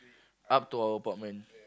up to our apartment